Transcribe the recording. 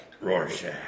Rorschach